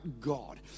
God